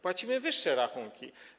Płacimy wyższe rachunki.